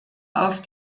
auf